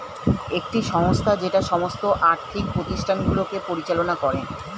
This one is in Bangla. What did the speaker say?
একটি সংস্থা যেটা সমস্ত আর্থিক প্রতিষ্ঠানগুলিকে পরিচালনা করে